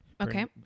Okay